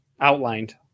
Outlined